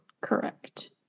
Correct